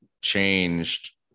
changed